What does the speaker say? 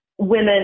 women